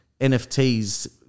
NFTs